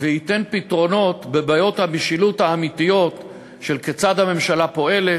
וייתן פתרונות לבעיות המשילות האמיתיות של כיצד הממשלה פועלת,